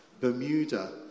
Bermuda